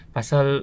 Pasal